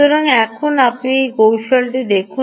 সুতরাং এখন আপনি কৌশলটি দেখুন